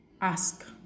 ask